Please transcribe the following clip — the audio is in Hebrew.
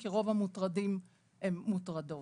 כי רוב המוטרדים הן מוטרדות.